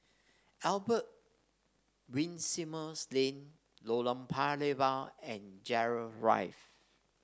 Albert Winsemius Lane Lorong Paya Lebar and Gerald